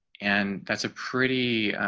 and that's a pretty